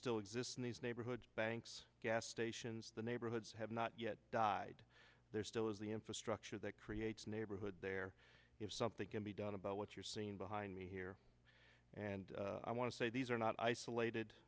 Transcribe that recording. still exists in these neighborhoods banks gas stations the neighborhoods have not yet died there still is the infrastructure that creates neighborhood there if something can be done about what you're seeing behind me here and i want to say these are not